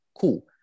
Cool